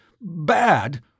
Bad